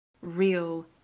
real